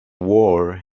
war